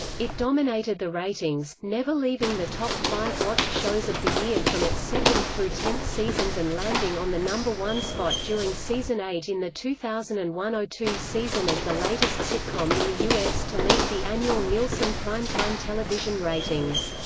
it dominated the ratings, never leaving the top five watched shows of the year from its second through tenth seasons and landing on the number-one spot during season eight in the two thousand and one ah two season as the latest sitcom in the u s. to lead the annual nielsen primetime television ratings.